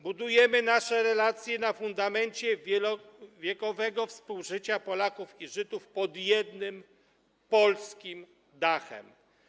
Budujemy nasze relacje na fundamencie wielowiekowego współżycia Polaków i Żydów pod jednym polskim dachem.